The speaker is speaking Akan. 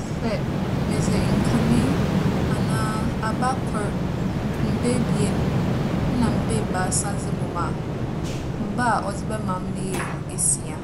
Sɛ medze nkanee anaa aba kor, mba ebien nna mba ebiasa dze bͻ mu a, mba a ͻdze bɛma me no yɛ esia.